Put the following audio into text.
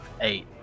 Eight